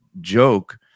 joke